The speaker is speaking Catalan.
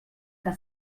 que